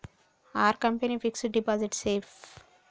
Are company fixed deposit safe?